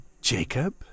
Jacob